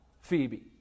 Phoebe